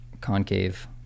concave